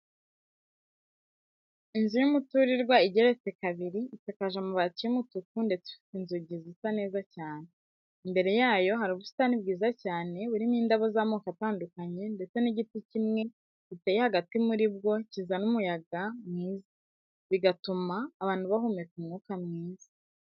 Inzu y'umuturirwa igeretse kabiri, isakaje amabati y'umutuku ndetse ifite inzugi zisa neza cyane, imbere yayo hari ubusitani bwiza cyane burimo indabo z'amako atandukanye ndetse n'igiti kimwe giteye hagati muri bwo kizana umuyaga mwiza, bigatuma abantu bahumeka umwuka mwiza.